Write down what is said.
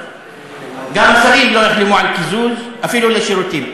גם השרים לא יחלמו על קיזוז, אפילו לשירותים.